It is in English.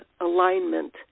alignment